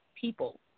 people